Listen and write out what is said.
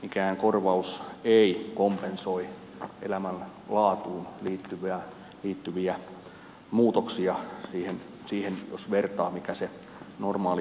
mikään korvaus ei kompensoi elämänlaatuun liittyviä muutoksia jos vertaa siihen mikä se normaali terve elämä on